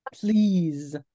Please